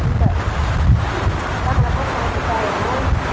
अन्त तपाईँलाई कस्तो कस्तो चाहिएको हो